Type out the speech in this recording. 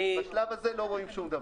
בשלב הזה לא רואים שום דבר.